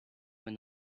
were